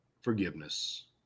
forgiveness